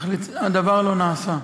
אך הדבר לא נעשה.